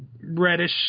reddish